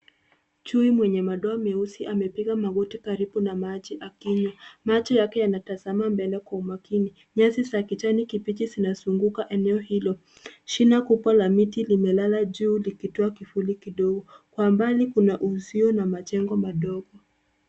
Chui mwenye madoa meusi amepiga magoti karibu na maji akinywa macho yake yanatazama mbele kwa umakini nyasi za kiijani kibichi zinazunguka eneo hilo shina kubwa la miti limelala juu likitoa kifuli kidogo kwa mbali kuna uhusio na majengo madogo